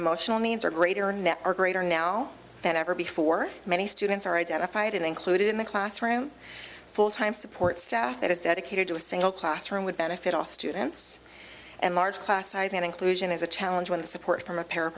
emotional needs are greater net or greater now than ever before many students are identified included in the classroom full time support staff that is dedicated to a single classroom would benefit all students and large class size and inclusion is a challenge when the support from a pa